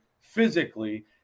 physically